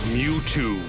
Mewtwo